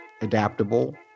adaptable